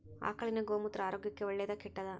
ಆಕಳಿನ ಗೋಮೂತ್ರ ಆರೋಗ್ಯಕ್ಕ ಒಳ್ಳೆದಾ ಕೆಟ್ಟದಾ?